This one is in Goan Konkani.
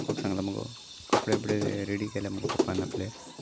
पपाक सांगला मुगो कपडे एपडे रेडी केल्या मुगो पपान आपले